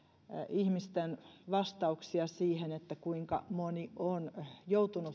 ihmisten vastauksia kuinka moni on joutunut